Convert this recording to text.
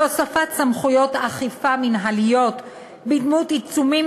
להוספת סמכויות אכיפה מינהליות בדמות עיצומים